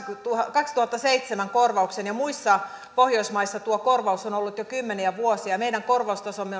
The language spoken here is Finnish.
kaksituhattaseitsemän korvauksen ja muissa pohjoismaissa tuo korvaus on ollut jo kymmeniä vuosia meidän korvaustasomme